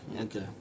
okay